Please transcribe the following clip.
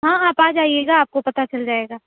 ہاں آپ آ جائیے گا آپ کو پتہ چل جائے گا